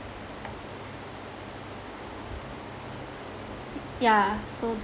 yeah so